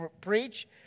Preach